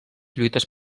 lluites